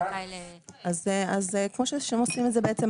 הוא זכאי ל אז כמו שעושים את זה היום,